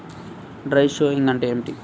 Dry sowing అంటే ఏమిటి?